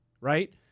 right